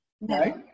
right